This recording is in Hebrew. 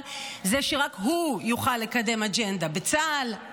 היא שרק הוא יוכל לקדם אג'נדה בצה"ל,